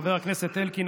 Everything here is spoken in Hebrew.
חבר הכנסת אלקין,